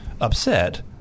upset